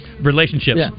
relationships